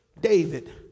David